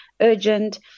urgent